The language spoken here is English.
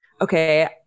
okay